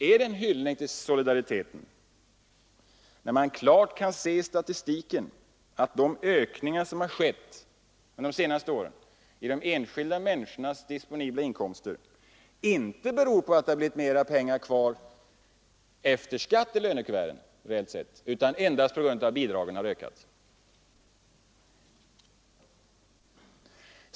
Är det en hyllning till solidariteten, när man klart kan se i statistiken att de ökningar som har skett under de senaste åren av de enskilda människornas disponibla inkomster inte beror på att det blivit mera pengar kvar efter skatt i lönekuverten utan endast på att bidragen har ökat?